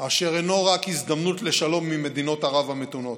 אשר אינו רק הזדמנות לשלום עם מדינות ערב המתונות,